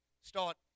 start